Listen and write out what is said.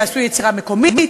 יעשו יצירה מקומית,